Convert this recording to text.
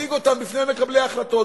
ולהציג אותן בפני מקבלי החלטות,